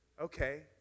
Okay